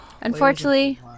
Unfortunately